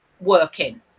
working